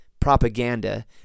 propaganda